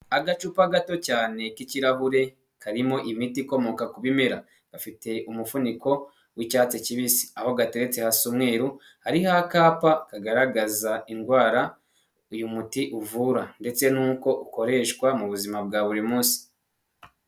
Agacupa gato cyane k'ikirahure karimo imiti ikomoka ku bimera. Gafite umufuniko w'icyatsi kibisi, aho gateretse hasa umweruru hari ho akapa kagaragaza indwara uyu muti uvura ndetse n'uko ukoreshwa mu buzima bwa buri munsi.